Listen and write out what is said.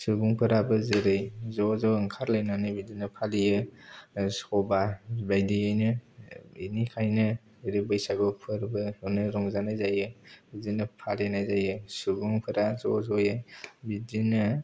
बिदिनो सुबुफोराबो जेरै ज' ज' ओंखारलायनानै बिदिनो फालियो सबा बायदियैनो बिनिखायनो बैसागु फोरबोखौनो रंजानाय जायो बिदिनो फालिनाय जायो सुबुंफोरा ज'ज'यै बिदिनो